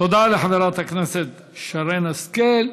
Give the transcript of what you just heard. תודה לחברת הכנסת שרן השכל.